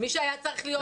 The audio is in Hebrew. לא יועץ משפטי.